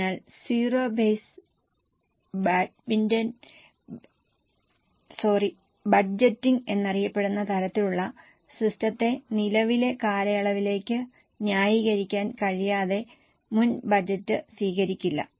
അതിനാൽ zero base budgeting എന്നറിയപ്പെടുന്ന തരത്തിലുള്ള സിസ്റ്റത്തെ നിലവിലെ കാലയളവിലേക്ക് ന്യായീകരിക്കാൻ കഴിയാതെ മുൻ ബജറ്റ് സ്വീകരിക്കില്ല